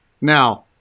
Now